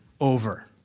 over